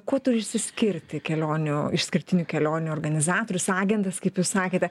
kuo turi išsiskirti kelionių išskirtinių kelionių organizatorius agentas kaip jūs sakėte